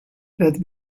that